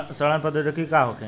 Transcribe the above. सड़न प्रधौगकी का होखे?